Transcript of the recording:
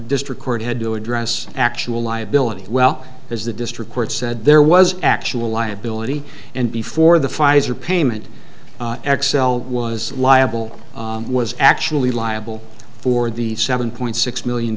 district court had to address actual liability well as the district court said there was actual liability and before the pfizer payment xcel was liable was actually liable for the seven point six million